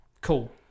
Cool